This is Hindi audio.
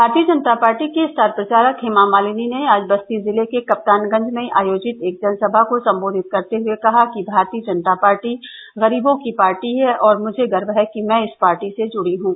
भारतीय जनता पार्टी की स्टार प्रचारक हेमा मालिनी ने आज बस्ती जिले के कप्तानगंज में आयोजित एक जनसभा को सम्बोधित करते हये कहा कि भारतीय जनता पार्टी गरीबों की पार्टी है और मुझे गर्व है कि मै इस पार्टी से जुड़ी हूं